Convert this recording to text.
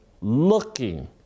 looking